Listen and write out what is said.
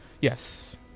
Yes